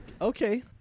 okay